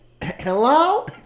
Hello